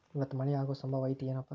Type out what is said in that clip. ಇವತ್ತ ಮಳೆ ಆಗು ಸಂಭವ ಐತಿ ಏನಪಾ?